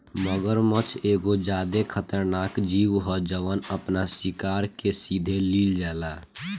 मगरमच्छ एगो ज्यादे खतरनाक जिऊ ह जवन आपना शिकार के सीधे लिल जाला